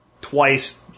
twice